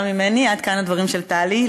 עד כאן הדברים של טלי.